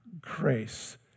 grace